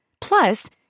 Plus